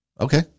Okay